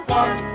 one